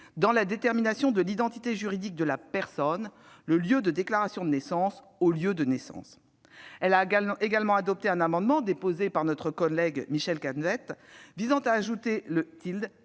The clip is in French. dans la détermination de l'identité juridique de la personne, le « lieu de déclaration de naissance » au « lieu de naissance ». La commission a également adopté un amendement, déposé par notre collègue Michel Canevet, visant à ajouter le «